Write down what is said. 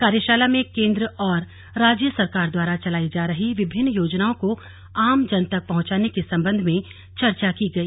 कार्यशाला में केंद्र और राज्य सरकार द्वारा चलाई जा रही विभिन्न योजनाओं को आमजन तक पहुंचाने के संबंध में चर्चा की गई